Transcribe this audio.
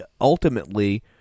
ultimately